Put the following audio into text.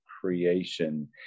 creation